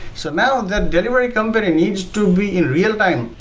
so now the delivery company needs to be in real-time,